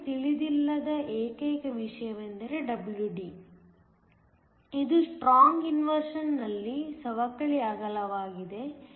ನಮಗೆ ತಿಳಿದಿಲ್ಲದ ಏಕೈಕ ವಿಷಯವೆಂದರೆ WD ಇದು ಸ್ಟ್ರಾಂಗ್ ಇನ್ವರ್ಶನ್ಲ್ಲಿ ಸವಕಳಿ ಅಗಲವಾಗಿದೆ